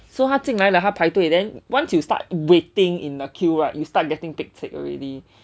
so 他进来了他排队 then once you start waiting in a queue right you start getting pek cek already